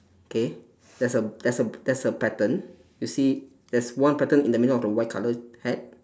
okay there's a there's a there's a pattern you see there's one pattern in the middle of the white coloured hat